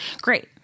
Great